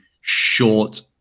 short